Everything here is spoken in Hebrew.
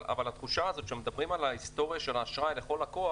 אבל התחושה הזאת שמדברים על ההיסטוריה של האשראי לכל לקוח,